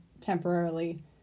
temporarily